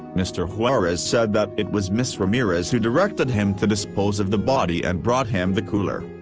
mr. juarez said that it was ms. ramirez who directed him to dispose of the body and brought him the cooler.